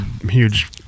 huge